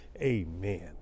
Amen